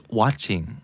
watching